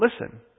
Listen